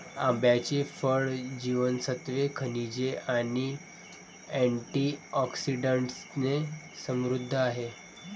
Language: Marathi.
आंब्याचे फळ जीवनसत्त्वे, खनिजे आणि अँटिऑक्सिडंट्सने समृद्ध आहे